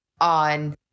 on